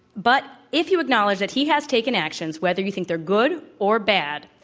but if you acknowledge that he has taken actions, whether you think they're good or bad,